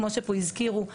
כמו שהזכירו פה,